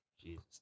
Jesus